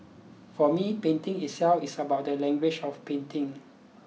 for me painting itself is about the language of painting